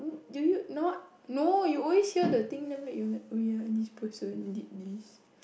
do you not no you always hear the thing damn late you oh ya this person did this